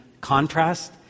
contrast